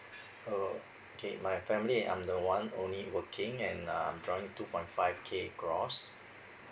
oh okay my family I'm the one only working and um join two point five K across